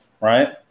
right